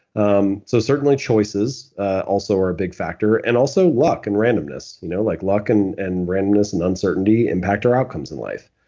um so certainly, choices also are a big factor and also luck and randomness. you know like luck and and randomness and uncertainty impact our outcomes in life,